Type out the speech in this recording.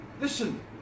Listen